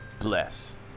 bless